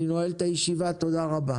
אני נועל את הישיבה, תודה רבה.